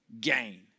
gain